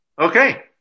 Okay